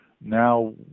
Now